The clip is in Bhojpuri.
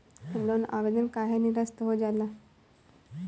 लोन आवेदन काहे नीरस्त हो जाला?